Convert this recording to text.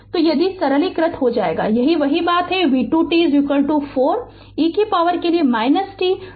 तो यदि सरलीकृत हो जाएगा वही बात v2 t 4 e पॉवर के लिए t 20 वोल्ट है